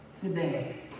today